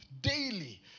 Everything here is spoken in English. daily